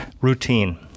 routine